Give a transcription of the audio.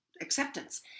acceptance